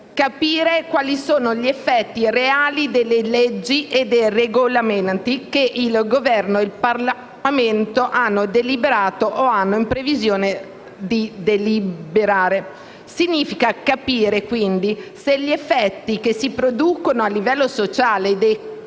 capire quali sono gli effetti reali delle leggi e dei regolamenti che il Governo e il Parlamento hanno deliberato o hanno in previsione di deliberare. Serve quindi a capire se gli effetti che si producono a livello sociale ed economico